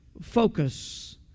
focus